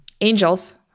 angels